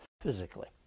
physically